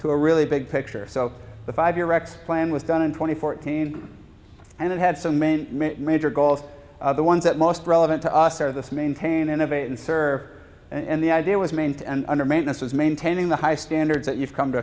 to a really big picture so the five year x plan was done in twenty fourteen and it had so many major goals the ones that most relevant to us are this maintain innovate and server and the idea was maimed and under maintenance was maintaining the high standards that you've come to